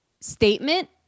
statement